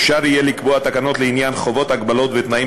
אפשר יהיה לקבוע תקנות לעניין חובות הגבלות ותנאים